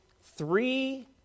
three